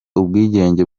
ubwigenge